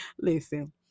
listen